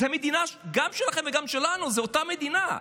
זו מדינה גם שלכם וגם שלנו, זו אותה מדינה.